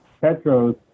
Petros